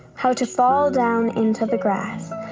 how to fall down into the grass,